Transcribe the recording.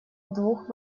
двух